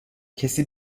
کسی